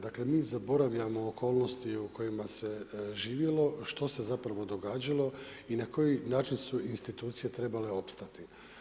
Dakle mi zaboravljamo okolnosti u kojima se živjelo, što se zapravo događalo i na koji način su institucije trebale opstati.